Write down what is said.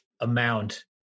amount